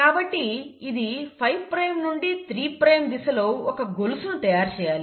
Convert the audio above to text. కాబట్టి ఇది 5 ప్రైమ్ నుండి 3 ప్రైమ్ దిశలో ఒక గొలుసును తయారు చేయాలి